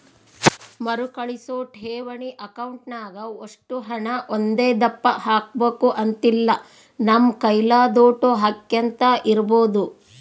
ಮರುಕಳಿಸೋ ಠೇವಣಿ ಅಕೌಂಟ್ನಾಗ ಒಷ್ಟು ಹಣ ಒಂದೇದಪ್ಪ ಹಾಕ್ಬಕು ಅಂತಿಲ್ಲ, ನಮ್ ಕೈಲಾದೋಟು ಹಾಕ್ಯಂತ ಇರ್ಬೋದು